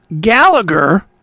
Gallagher